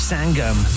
Sangam